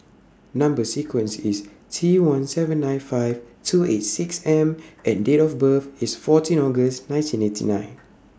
Number sequence IS T one seven nine five two eight six M and Date of birth IS fourteen August nineteen eighty nine